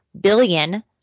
billion